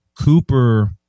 Cooper